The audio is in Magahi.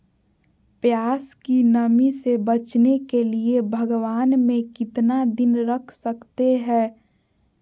प्यास की नामी से बचने के लिए भगवान में कितना दिन रख सकते हैं?